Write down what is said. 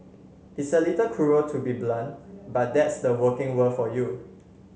it's a little cruel to be so blunt but that's the working world for you